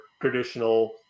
traditional